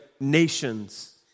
nations